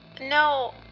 No